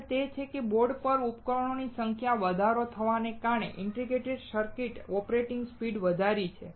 આગળ તે છે કે બોર્ડ પર ઉપકરણોની સંખ્યામાં વધારો થવાને કારણે ઇન્ટિગ્રેટેડ સર્કિટોએ ઓપરેટિંગ સ્પીડ વધારી છે